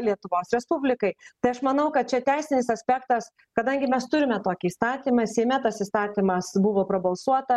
lietuvos respublikai tai aš manau kad čia teisinis aspektas kadangi mes turime tokį įstatymą seime tas įstatymas buvo prabalsuota